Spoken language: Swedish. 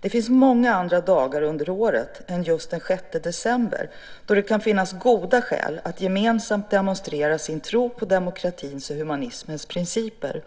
Det finns många andra dagar under året än just den 6 december, då det kan finnas goda skäl att gemensamt demonstrera sin tro på demokratins och humanismens principer.